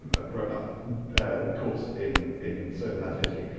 a grown-up course in in certain kinds of history,